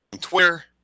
Twitter